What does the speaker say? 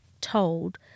told